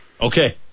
Okay